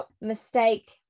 mistake